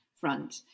front